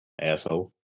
asshole